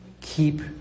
Keep